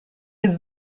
his